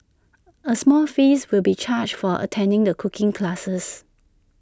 A small fees will be charged for attending the cooking classes